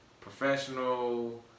professional